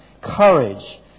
courage